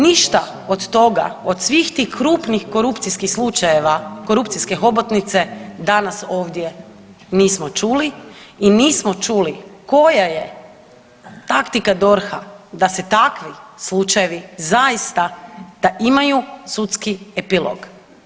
Ništa od toga od svih tih krupnih korupcijskih slučajeva korupcijske hobotnice danas ovdje nismo čuli i nismo čuli koja je taktika DORH-a da se takvi slučajevi zaista da imaju sudski epilog.